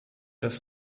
das